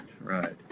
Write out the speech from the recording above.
Right